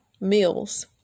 meals